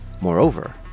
Moreover